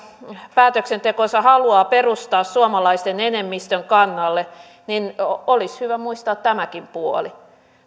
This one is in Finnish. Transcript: päätöksentekonsa haluaa perustaa suomalaisten enemmistön kannalle niin olisi hyvä muistaa tämäkin puoli